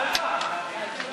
ההצעה